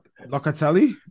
Locatelli